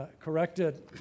corrected